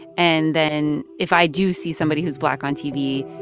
and then if i do see somebody who's black on tv,